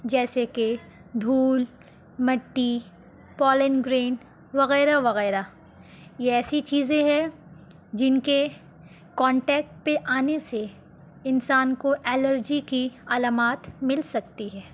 جیسے کہ دھول مٹی پالین گرین وغیرہ وغیرہ یہ ایسی چیزیں ہیں جن کے کانٹیکٹ پہ آنے سے انسان کو ایلرجی کی علامات مل سکتی ہے